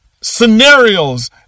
scenarios